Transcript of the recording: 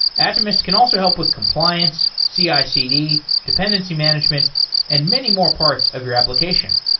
atomist can also help with compliance, cicd, dependency management and many more parts of your application.